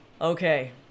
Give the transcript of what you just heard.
Okay